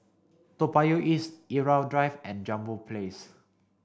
Toa Payoh East Irau Drive and Jambol Place